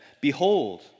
Behold